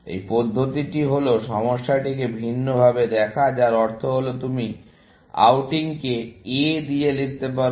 এই পদ্ধতিটি হল সমস্যাটিকে ভিন্নভাবে দেখা যার অর্থ হল তুমি আউটিং কে a দিয়ে লিখতে পারো